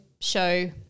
show